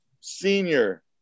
senior